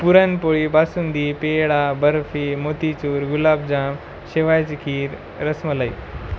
पुरणपोळी बासुंदी पेढा बर्फी मोतीचूर गुलाबजाम शेवायची खीर रसमलाई